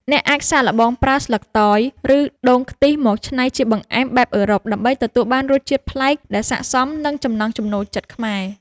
អ្នកអាចសាកល្បងប្រើស្លឹកតយ ឬដូងខ្ទិះមកច្នៃជាបង្អែមបែបអឺរ៉ុបដើម្បីទទួលបានរសជាតិប្លែកដែលស័ក្តិសមនឹងចំណង់ចំណូលចិត្តខ្មែរ។